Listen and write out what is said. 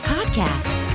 Podcast